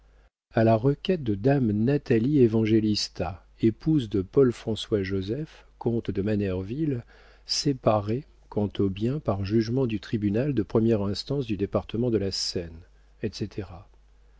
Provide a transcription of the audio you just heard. la requête de dame natalie évangélista épouse de paul françois joseph comte de manerville séparée quant aux biens par jugement du tribunal de première instance du département de la seine etc